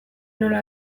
nola